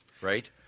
right